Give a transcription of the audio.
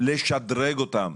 לשדרג אותם.